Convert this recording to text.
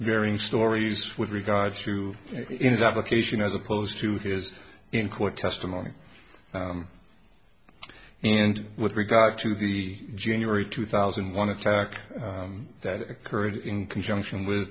varying stories with regards to his application as opposed to his in court testimony and with regard to the january two thousand and one attack that occurred in conjunction with